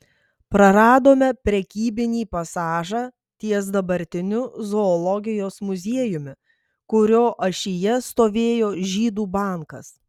praradome prekybinį pasažą ties dabartiniu zoologijos muziejumi kurio ašyje stovėjo žydų bankas